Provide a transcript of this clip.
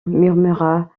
murmura